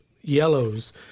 yellows